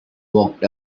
walked